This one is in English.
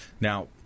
now